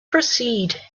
proceed